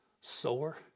sower